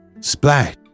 Splash